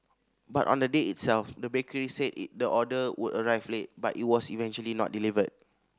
but on the day itself the bakery said it the order would arrive late but it was eventually not delivered